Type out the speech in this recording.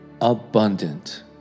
abundant